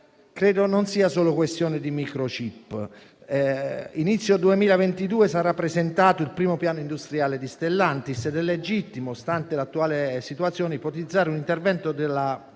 Credo non sia solo questione di *microchip*. Ad inizio 2022 sarà presentato il primo piano industriale di Stellantis ed è legittimo, stante l'attuale situazione, ipotizzare un intervento sulla